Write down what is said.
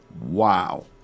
Wow